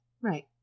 right